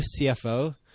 CFO